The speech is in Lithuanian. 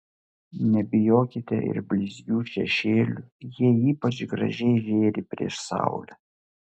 nebijokite ir blizgių šešėlių jie ypač gražiai žėri prieš saulę